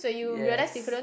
yes